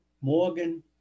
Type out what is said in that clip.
Morgan